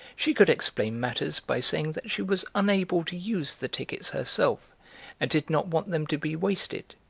she could explain matters by saying that she was unable to use the tickets herself and did not want them to be wasted,